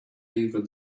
even